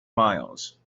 miles